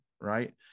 right